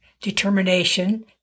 determination